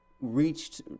reached